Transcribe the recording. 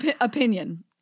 opinion